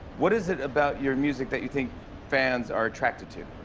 what is it about your music that you think fans are attracted to?